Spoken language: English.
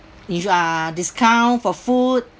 it's uh discount for food